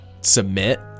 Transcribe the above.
submit